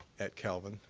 at calvin,